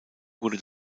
wurde